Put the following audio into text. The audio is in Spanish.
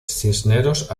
cisneros